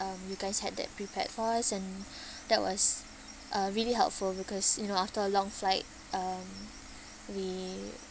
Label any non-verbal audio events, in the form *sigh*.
um you guys had that prepared for us and *breath* that was uh really helpful because you know after a long flight um we